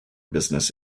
business